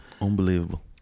Unbelievable